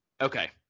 Okay